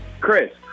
Chris